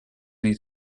need